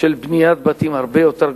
של בניית בתים הרבה יותר גדולות.